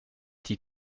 die